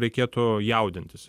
reikėtų jaudintis